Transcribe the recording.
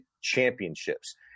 championships